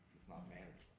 that's not manners,